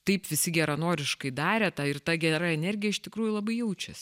taip visi geranoriškai darė tą ir ta gera energija iš tikrųjų labai jaučiasi